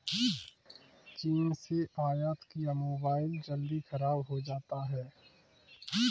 चीन से आयत किया मोबाइल जल्दी खराब हो जाता है